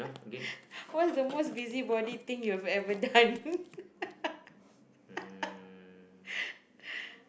what's the most busybody thing you've ever done